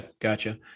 gotcha